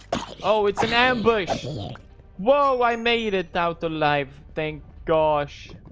oh it's an ambush whoa, i made it out alive. thank gosh